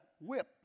whip